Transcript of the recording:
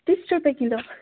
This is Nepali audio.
तिस रुपियाँ किलो